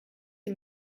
sie